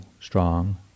strong